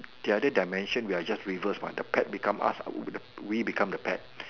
the other dimension we are just reverse by the pet become us we we become the pet